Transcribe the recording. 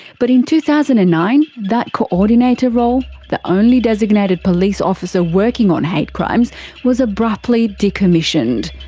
but in two thousand and nine, that coordinator role the only designated police officer working on hate crimes was abruptly decommissioned.